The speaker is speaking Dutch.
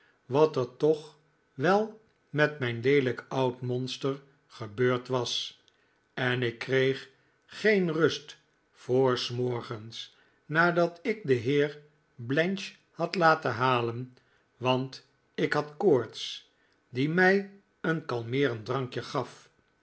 wat er toch wel met mijn leelijk oud monster gebeurd was en ik kreeg geen rust voor s morgens nadat ik den heer blench had laten halen want ik had koorts die mij een kalmeerend drankje gaf